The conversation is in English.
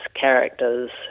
characters